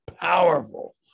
powerful